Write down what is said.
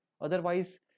Otherwise